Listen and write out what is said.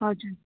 हजुर